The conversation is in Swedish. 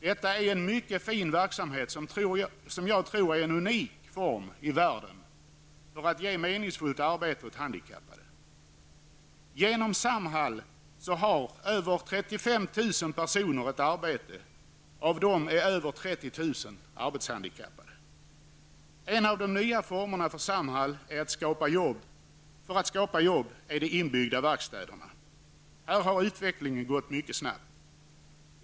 Detta är en mycket fin verksamhet som jag tror är en unik form i världen för att ge meningsfullt arbete åt arbetshandikappade. Genom Samhall har över 35 000 personer ett arbete. Av dessa är över 30 000 arbetshandikappade. En av de nyare formerna inom Samhall för att skapa jobb är de inbyggda verkstäderna. Här har utvecklingen gått mycket snabbt.